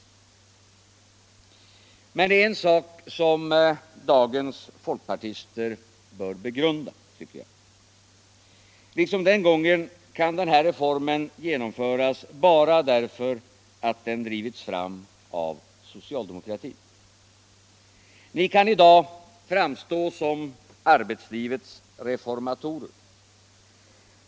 5 Men det är en sak som dagens folkpartister bör begrunda. Liksom den gången kan den här reformen genomföras bara därför att den drivits fram av socialdemokratin. Ni kan i dag framstå som arbetslivets refor matorer.